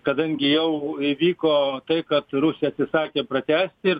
kadangi jau įvyko tai kad rusija atsisakė pratęst ir